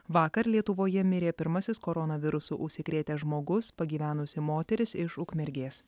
vakar lietuvoje mirė pirmasis koronavirusu užsikrėtęs žmogus pagyvenusi moteris iš ukmergės